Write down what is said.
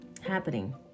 happening